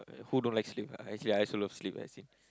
who don't like sleep actually I also love sleep as in